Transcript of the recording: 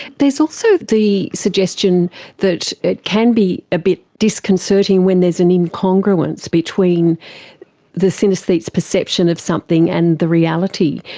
there's also the suggestion that it can be a bit disconcerting when there's an incongruence between the synaesthete's perception of something and the reality.